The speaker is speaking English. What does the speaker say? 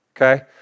okay